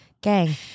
gang